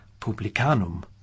publicanum